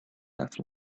have